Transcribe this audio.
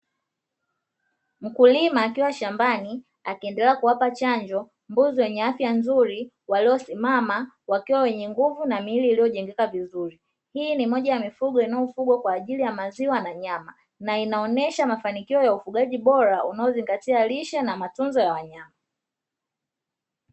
Mkulima akiwa shambani akiendelea kuwapa chanjo mbuzi wenye afya nzuri waliosimama wakiwa wenye nguvu na miili iliyojengeka vizuri. Hii ni moja ya mifugo inayofugwa kwa ajili ya maziwa na nyama na inaonyesha mafanikio ya ufugaji bora unaozingatia lishe na matunzo ya wanyama.